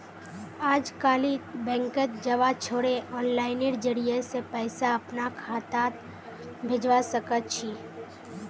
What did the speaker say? अजकालित बैंकत जबा छोरे आनलाइनेर जरिय स पैसा अपनार खातात भेजवा सके छी